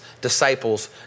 disciples